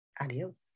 adios